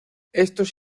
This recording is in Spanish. estos